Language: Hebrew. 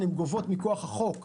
הן גובות מכוח החוק תקציבים,